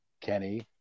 kenny